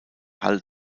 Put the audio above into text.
hull